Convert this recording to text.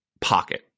pocket